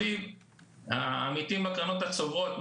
העמיתים בקרנות הצוברות,